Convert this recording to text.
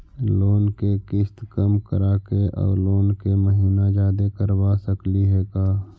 Loan के किस्त कम कराके औ लोन के महिना जादे करबा सकली हे का?